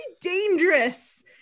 dangerous